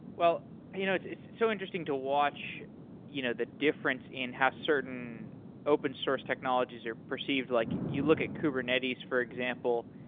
you know it's it's so interesting to watch you know the difference in how certain open-source technologies are perceived, like you look at kubernetes for example,